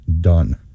done